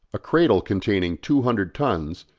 a cradle containing two hundred tons,